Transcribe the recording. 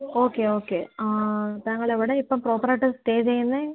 okay okay താങ്കൾ എവിടെയാണ് ഇപ്പോൾ പ്രോപ്പറായിട്ട് സ്റ്റേ ചെയ്യുന്നത്